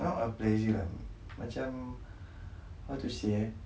not uh pleasure ah macam how to say ah